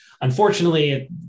unfortunately